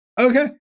Okay